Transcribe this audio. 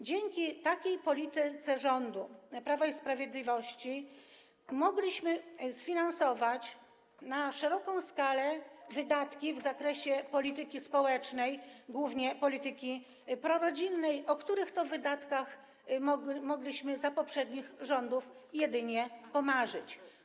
Dzięki takiej polityce rządu Prawa i Sprawiedliwości mogliśmy sfinansować na szeroką skalę wydatki w zakresie polityki społecznej, głównie polityki prorodzinnej, o których to wydatkach mogliśmy za poprzednich rządów jedynie pomarzyć.